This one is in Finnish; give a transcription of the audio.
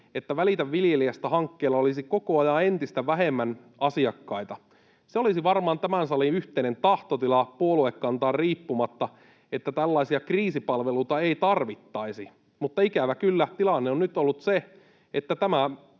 että Välitä viljelijästä -hankkeella olisi koko ajan entistä vähemmän asiakkaita. Se olisi varmaan tämän salin yhteinen tahtotila puoluekannasta riippumatta, että tällaisia kriisipalveluita ei tarvittaisi. Mutta ikävä kyllä tilanne on nyt ollut se, että tämän